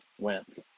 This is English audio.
Went